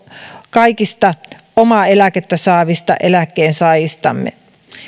kaikista omaa eläkettä saavista eläkkeensaajistamme